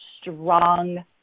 strong